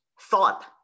thought